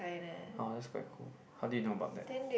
oh that's quite cool how did you know about that